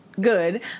good